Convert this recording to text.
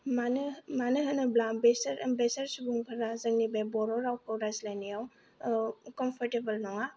मानो मानोहोनोब्ला बेसोर बेसोर सुबुंफोरा जोंनि बे बर' रावखौ रायज्लायनायाव कमफर्टेबल नङा